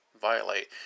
violate